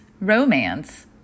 romance